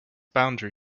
boundary